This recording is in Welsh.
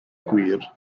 gwir